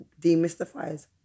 demystifies